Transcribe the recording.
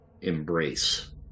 embrace